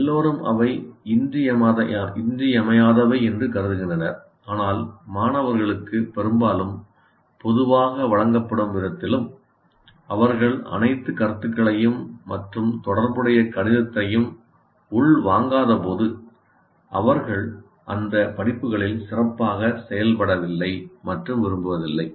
எல்லோரும் அவை இன்றியமையாதவை என்று கருதுகின்றனர் ஆனால் மாணவர்களுக்கு பெரும்பாலும் பொதுவாக வழங்கப்படும் விதத்திலும் அவர்கள் அனைத்து கருத்துகளையும் மற்றும் தொடர்புடைய கணிதத்தையும் உள்வாங்காதபோது அவர்கள் அந்த படிப்புகளில் சிறப்பாக செயல்படவில்லை மற்றும் விரும்புவதில்லை